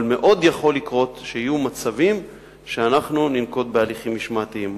אבל מאוד יכול להיות שיהיו מצבים שאנחנו ננקוט הליכים משמעתיים.